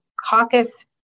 caucus